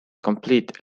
complete